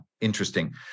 Interesting